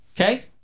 Okay